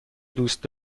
دوست